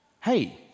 hey